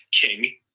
king